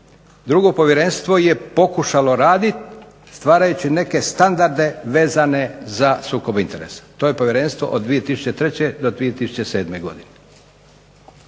Drugo povjerenstvo je pokušalo raditi stvarajući neke standarde vezane za sukob interesa. To je povjerenstvo od 2003. do 2007. godine.